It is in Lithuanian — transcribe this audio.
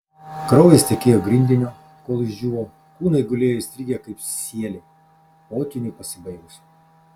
kraujas tekėjo grindiniu kol išdžiūvo kūnai gulėjo įstrigę kaip sieliai potvyniui pasibaigus